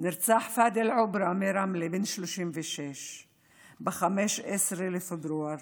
נרצח פאדי אלעוברה מרמלה, בן 36. ב-15 בפברואר